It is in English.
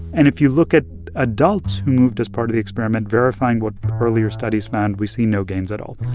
and if you look at adults who moved as part of the experiment, verifying what earlier studies found, we see no gains at all.